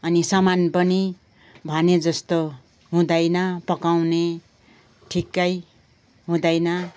अनि सामान पनि भने जस्तो हुँदैन पकाउने ठिकै हुँदैन